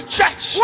church